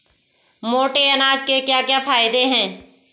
मोटे अनाज के क्या क्या फायदे हैं?